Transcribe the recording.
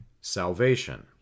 salvation